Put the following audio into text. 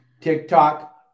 TikTok